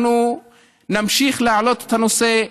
אנחנו נמשיך להעלות את הנושא,